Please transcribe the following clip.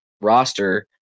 roster